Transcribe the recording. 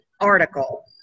article